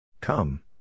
Come